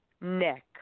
Nick